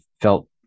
felt